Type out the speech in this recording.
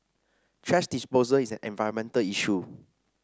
thrash disposal is an environmental issue